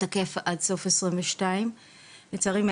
הוא תקף עד סוף 2022. לצערי,